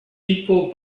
people